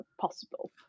possible